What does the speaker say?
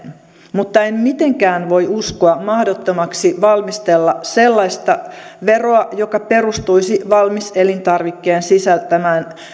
mutta en mitenkään voi uskoa mahdottomaksi valmistella sellaista veroa joka perustuisi valmiselintarvikkeen sisältämän